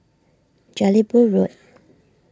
Jelebu Road